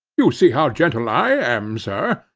you see how gentle i am, sir.